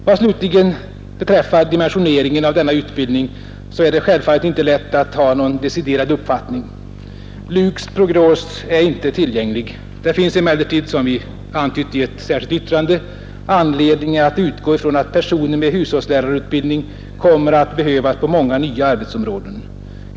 Vad slutligen beträffar dimensioneringen av denna utbildning så är det självfallet inte lätt att ha någon deciderad uppfattning. LUK:s prognos är inte tillgänglig. Det finns emellertid, som vi antytt i ett särskilt yttrande, anledning att utgå ifrån att personer med hushållslärarutbildning kommer att behövas på många nya arbetsområden.